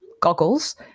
goggles